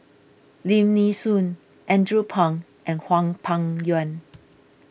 Lim Nee Soon Andrew Phang and Hwang Peng Yuan